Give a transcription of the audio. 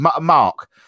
Mark